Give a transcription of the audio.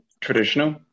traditional